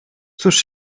cóż